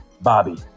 Bobby